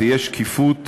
תהיה שקיפות